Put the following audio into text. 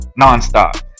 nonstop